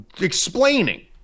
explaining